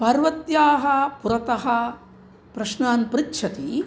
पार्वत्याः पुरतः प्रश्नान् पृच्छति